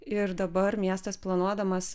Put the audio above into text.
ir dabar miestas planuodamas